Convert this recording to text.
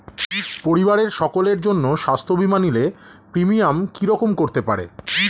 পরিবারের সকলের জন্য স্বাস্থ্য বীমা নিলে প্রিমিয়াম কি রকম করতে পারে?